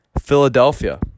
Philadelphia